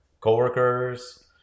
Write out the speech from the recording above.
coworkers